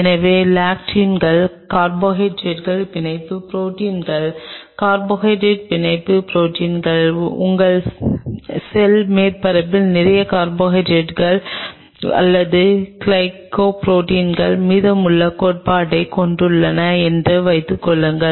எனவே லெக்டின்கள் கார்போஹைட்ரேட் பிணைப்பு ப்ரோடீன்ஸ் கார்போ ஹைட்ரேட் பிணைப்பு ப்ரோடீன்ஸ் உங்கள் செல் மேற்பரப்பில் நிறைய கார்போஹைட்ரேட் Carbohydrate அல்லது கிளைகோபுரோட்டின்கள் மீதமுள்ள கோட்பாட்டைக் கொண்டுள்ளன என்று வைத்துக்கொள்வோம்